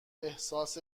احساس